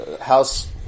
house